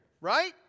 right